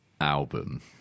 album